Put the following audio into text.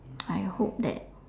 I hope that